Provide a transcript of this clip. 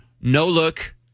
no-look